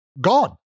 gone